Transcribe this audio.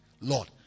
Lord